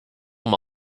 them